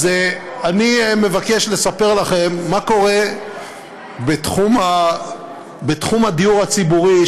אז אני מבקש לספר לכם מה קורה בתחום הדיור הציבורי,